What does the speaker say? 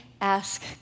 ask